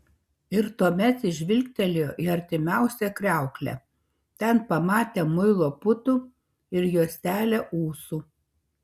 ir tuomet jis žvilgtelėjo į artimiausią kriauklę ten pamatė muilo putų ir juostelę ūsų